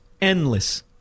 endless